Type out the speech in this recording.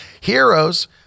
heroes